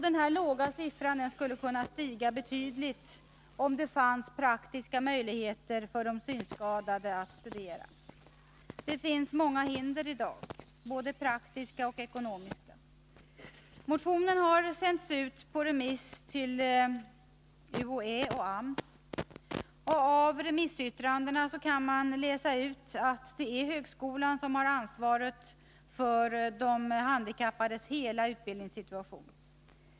Denna låga siffra skulle kunna stiga betydligt om det fanns praktiska möjligheter för de synskadade att studera. Det finns många hinder i dag, både praktiska och ekonomiska. Motionen har sänts ut på remiss till UHÄ och AMS. Av remissyttrandena kan man läsa ut att det är högskolan som har ansvaret för de handikappades hela utbildningssituation.